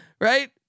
right